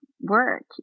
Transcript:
work